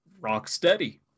Rocksteady